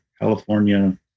California